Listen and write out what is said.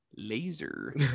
laser